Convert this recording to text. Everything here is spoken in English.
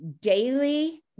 daily